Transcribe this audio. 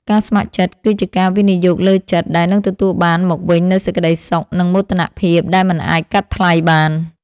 ការស្ម័គ្រចិត្តគឺជាការវិនិយោគលើចិត្ត ដែលនឹងទទួលបានមកវិញនូវសេចក្តីសុខ និងមោទនភាពដែលមិនអាចកាត់ថ្លៃបាន។